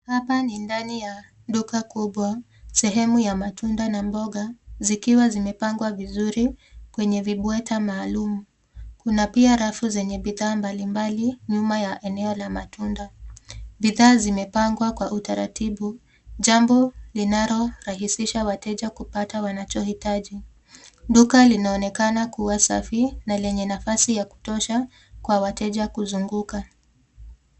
Hapa ni ndani ya duka kubwa, sehemu ya matunda na mboga zikiwa zimepangwa vizuri kwenye vibweta maalum. Kuna pia rafu zenye bidhaa mbalimbali nyuma ya eneo la matunda. Bidhaa zimepangwa kwa utaratibu jambo linalorahisisha wateja kupata wanachohitaji. Duka linaonekana kuwa safi na lenye nafasi ya kutosha kwa wateja kuzunguka.